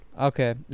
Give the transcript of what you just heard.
Okay